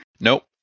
Nope